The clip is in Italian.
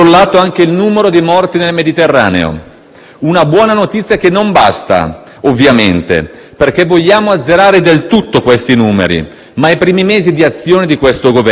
una buona notizia che non basta, ovviamente, perché vogliamo azzerare del tutto questi numeri, ma i primi mesi di azione di questo Governo sono più che incoraggianti.